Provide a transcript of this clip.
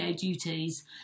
duties